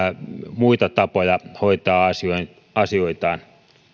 muita tapoja hoitaa asioitaan